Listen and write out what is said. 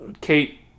Kate